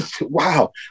wow